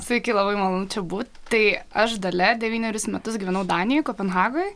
sveiki labai malonu čia būt tai aš dalia devynerius metus gyvenau danijoj kopenhagoj